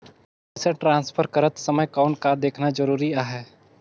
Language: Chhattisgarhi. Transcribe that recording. पइसा ट्रांसफर करत समय कौन का देखना ज़रूरी आहे?